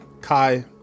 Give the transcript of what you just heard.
Kai